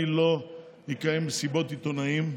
אני לא אקיים מסיבות עיתונאים,